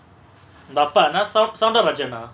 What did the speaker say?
ஒங்க அப்பா என்ன:onga appa enna sav~ sawntharraajan ah